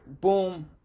Boom